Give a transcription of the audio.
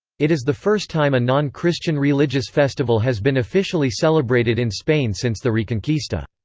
it is the first time a non-christian religious festival has been officially celebrated in spain since the reconquista.